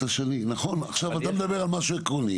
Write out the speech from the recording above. לא, אתה התפרצת מקודם, אתה לא מדבר עכשיו.